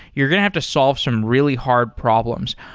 you're going to have to solve some really hard problems.